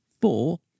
four